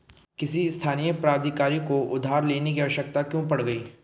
किसी स्थानीय प्राधिकारी को उधार लेने की आवश्यकता क्यों पड़ गई?